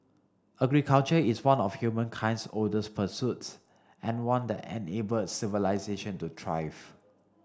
agriculture is one of humankind's oldest pursuits and one that enabled civilisation to thrive